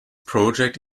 project